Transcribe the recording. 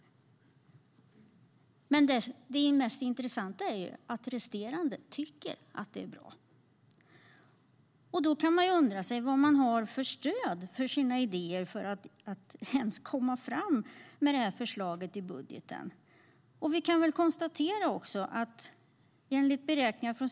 Men det mest intressanta är att resterande tycker att avdragen är bra. Då kan jag undra var man har ett sådant stöd för sina idéer att man ens kommer fram med det här förslaget i budgeten.